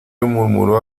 murmuró